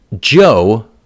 Joe